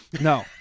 No